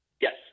Yes